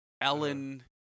Ellen